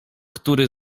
który